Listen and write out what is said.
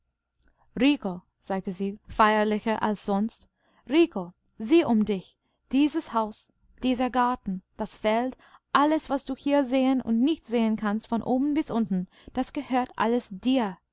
rico sagte sie feierlicher als sonst rico sieh um dich dieses haus dieser garten das feld alles was du hier sehen und nicht sehen kannst von oben bis unten das gehört alles dir